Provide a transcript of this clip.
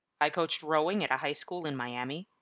i coached rowing at a high school in miami,